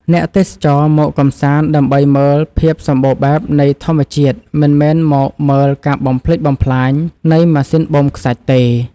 អ្នកទេសចរមកកម្សាន្តដើម្បីមើលភាពសម្បូរបែបនៃធម្មជាតិមិនមែនមកមើលការបំផ្លិចបំផ្លាញនៃម៉ាស៊ីនបូមខ្សាច់ទេ។